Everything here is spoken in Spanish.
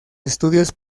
estudios